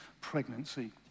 pregnancy